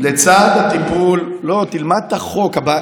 לא, תלמד את החוק.